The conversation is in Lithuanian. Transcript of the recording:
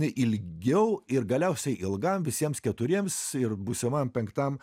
ilgiau ir galiausiai ilgam visiems keturiems ir būsimam penktam